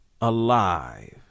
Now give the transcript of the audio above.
alive